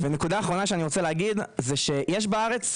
ונקודה אחרונה, יש בארץ פליטים,